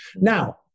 Now